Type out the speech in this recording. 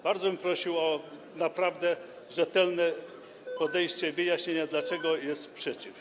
Bardzo bym prosił o naprawdę rzetelne podejście i wyjaśnienie dlaczego jest sprzeciw.